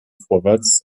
vorwärts